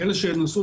אלה שנסעו